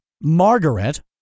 Margaret